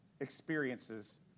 experiences